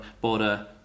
border